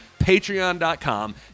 patreon.com